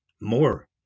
More